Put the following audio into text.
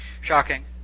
Shocking